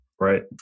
Right